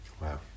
Wow